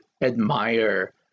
admire